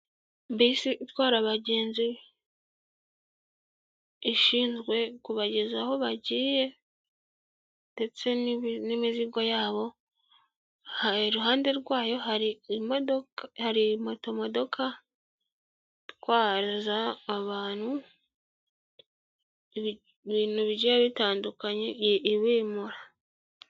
Bisi itwara abagenzi ishinzwe kubagezaho bagiye ndetse n'imizigo yabo, iruhande rwayo hari moto modoka itwaza abantu ibintu bijya bitandukanye ibimura.